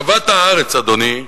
אהבת הארץ, אדוני,